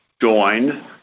joined